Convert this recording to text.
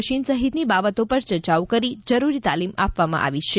machine સહિતની બાબતો પર ચર્ચાઓ કરી જરુરી તાલીમ આપવામા આવી છે